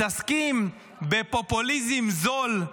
מתעסקים בפופוליזם זול,